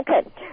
Okay